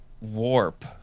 warp